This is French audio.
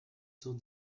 cent